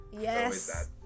Yes